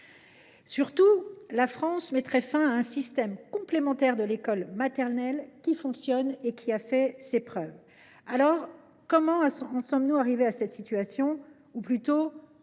Surtout, la France mettrait fin à un système complémentaire de l’école maternelle et qui a fait ses preuves. Comment en sommes nous arrivés à cette situation ?